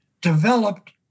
developed